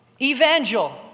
Evangel